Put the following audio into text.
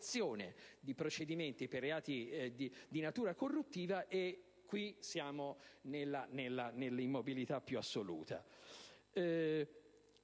di procedimenti per reati di natura corruttiva e siamo nell'immobilità più assoluta.